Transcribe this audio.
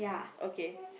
okay